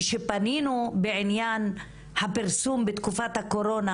כי כשפנינו בענין הפרסום בתקופת הקורונה